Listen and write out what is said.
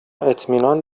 اطمینان